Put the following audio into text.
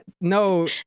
No